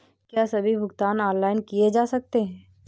क्या सभी भुगतान ऑनलाइन किए जा सकते हैं?